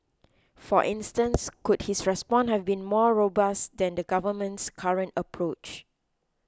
for instance could his response have been more robust than the government's current approach